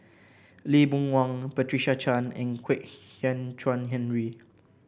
Lee Boon Wang Patricia Chan and Kwek Hian Chuan Henry